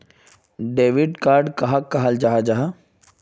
Debit card कहाक कहाल जाहा जाहा?